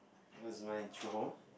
where is my true home